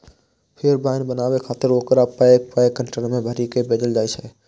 फेर वाइन बनाबै खातिर ओकरा पैघ पैघ कंटेनर मे भरि कें भेजल जाइ छै